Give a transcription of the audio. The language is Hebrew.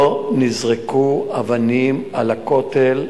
לא נזרקו אבנים על הכותל,